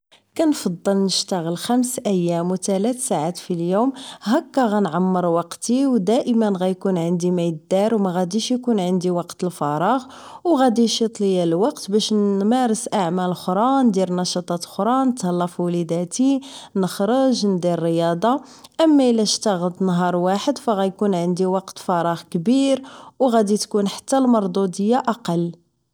كنفضل نشتاغل خمس ايام و تلات ساعات في اليوم هكا غنعمر وقتي و ديما غيكون عندي مايدار و مغديش عندي وقت الفراغ و غادي اشيط ليا الوقت باش نمارس اعمال خرى ندير نشاطات خرى نتهلا فوليداتي نخرج ندير الرياضة اما الا اشتغلت نهار واحد فغيكون عندي وقت فراغ كبير و غادي تكون حتى المردودية اقل